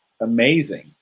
amazing